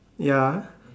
ya